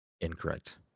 Incorrect